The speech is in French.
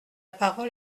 parole